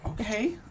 okay